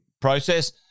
process